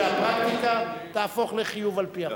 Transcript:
שהפרקטיקה תהפוך לחיוב על-פי החוק.